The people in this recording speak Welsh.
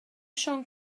siôn